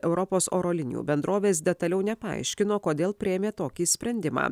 europos oro linijų bendrovės detaliau nepaaiškino kodėl priėmė tokį sprendimą